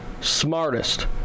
smartest